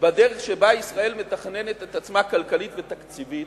בדרך שבה ישראל מתכננת את עצמה כלכלית ותקציבית,